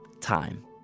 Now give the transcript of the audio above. Time